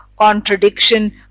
contradiction